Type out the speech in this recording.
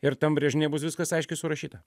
ir tam brėžinyje bus viskas aiškiai surašyta